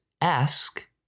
Ask